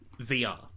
VR